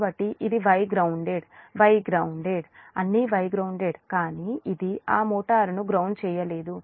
కాబట్టి ఇది Y grounded Y grounded అన్ని Y గ్రౌండెడ్ కానీ ఇది ఆ మోటారును గ్రౌండ్ చేయలేదు